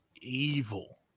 evil